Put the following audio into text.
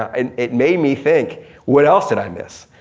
and it made me think what else did i miss?